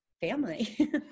family